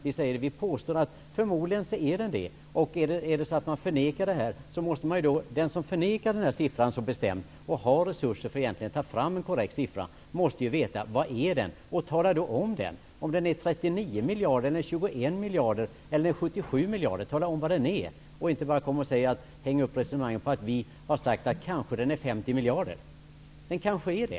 Vi säger att det förmodligen är så. Den som så bestämt förnekar den här siffran och som har resurser för att ta fram en korrekt siffra måste ju veta vad den är. Tala då om det! Är den 39 miljarder, 21 miljarder eller 77 miljarder? Häng inte bara upp resonemanget på att vi har sagt att den kanske är 50 miljarder. Den kanske är det.